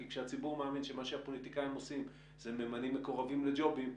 כי כשהציבור מאמין שמה שהפוליטיקאים עושים זה ממנים מקורבים לג'ובים,